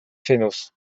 fenoz